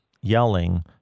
yelling